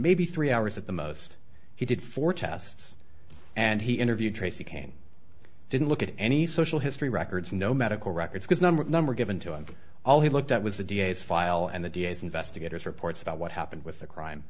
maybe three hours at the most he did four tests and he interviewed tracey kane didn't look at any social history records no medical records because number number given to him all he looked at was the d a s file and the d a s investigators reports about what happened with the crime